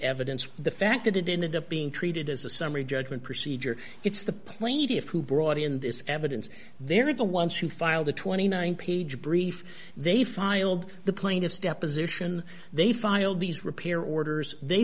evidence the fact that it ended up being treated as a summary judgment procedure it's the plaintiffs who brought in this evidence they're the ones who filed a twenty nine page brief they filed the plaintiff's deposition they filed these repair orders they